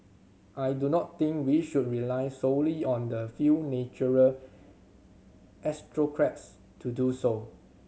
I do not think we should rely solely on the few natural to do so